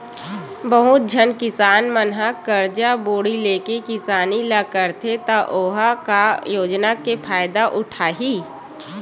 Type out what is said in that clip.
बहुत झन किसान मन ह करजा बोड़ी लेके किसानी ल करथे त ओ ह का योजना के फायदा उठाही